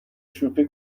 شوخی